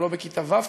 גם לא בכיתה ו',